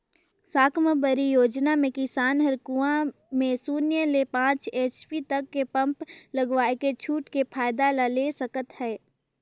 साकम्बरी योजना मे किसान हर कुंवा में सून्य ले पाँच एच.पी तक के पम्प लगवायके छूट के फायदा ला ले सकत है